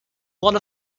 one